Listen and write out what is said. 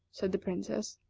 said the princess.